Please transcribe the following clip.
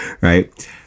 right